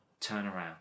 turnaround